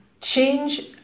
change